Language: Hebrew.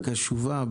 הקשובה,